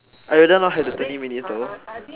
I rather not have the twenty minutes though